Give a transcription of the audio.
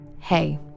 Hey